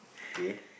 okay